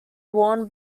worn